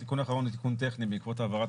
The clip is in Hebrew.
התיקון האחרון הוא תיקון טכני בעקבות העברת